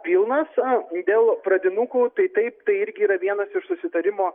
pilnas dėl pradinukų tai taip tai irgi yra vienas iš susitarimo